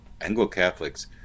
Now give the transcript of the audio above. Anglo-Catholics